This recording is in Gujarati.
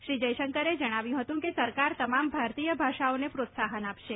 શ્રી જયશંકરે જણાવ્યું હતું કે સરકાર તમામ ભારતીય ભાષાઓને પ્રોત્સાહન આપશે